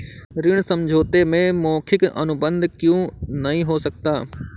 ऋण समझौते में मौखिक अनुबंध क्यों नहीं हो सकता?